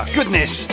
Goodness